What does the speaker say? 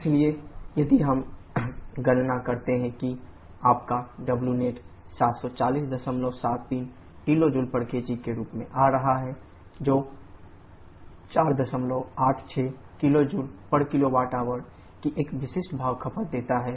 WnetWT Wc इसलिए यदि हम गणना करते हैं कि आपका Wnet 74073 kJkg के रूप में आ रहा है जो 486 kgkWh की एक विशिष्ट भाप खपत देता है